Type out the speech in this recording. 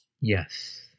Yes